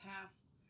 past